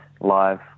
live